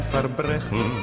Verbrechen